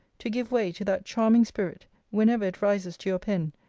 to give way to that charming spirit, whenever it rises to your pen,